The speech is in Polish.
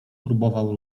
próbował